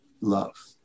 love